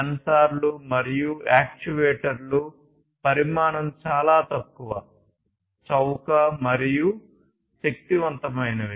సెన్సార్లు మరియు యాక్యుయేటర్లు పరిమాణం చాలా తక్కువ చౌక మరియు శక్తివంతమైనవి